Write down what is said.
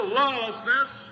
lawlessness